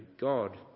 God